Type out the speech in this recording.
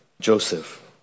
Joseph